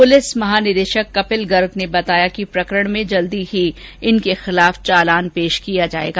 police महानिदेशक कपिल गर्ग ने बताया कि प्रकरण में जल्द ही इनके खिलाफ चालान पेश किया जायेगा